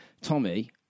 Tommy